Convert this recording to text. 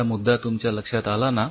माझा मुद्दा तुमच्या लक्षात आला ना